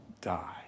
die